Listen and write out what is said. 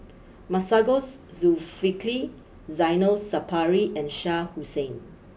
Masagos Zulkifli Zainal Sapari and Shah Hussain